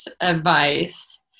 advice